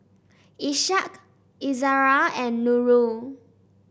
Ishak Izzara and Nurul